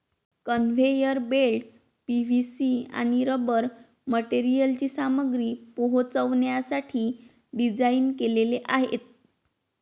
conveyor belts PVC आणि rubber मटेरियलची सामग्री पोहोचवण्यासाठी डिझाइन केलेले आहेत